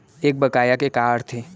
एक बकाया के का अर्थ हे?